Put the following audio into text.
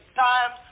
times